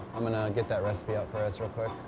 i'm going to get that recipe out for us real quick.